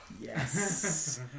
Yes